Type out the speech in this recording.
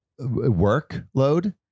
workload